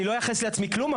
אני לא אייחס לעצמי כלום,